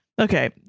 okay